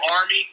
Army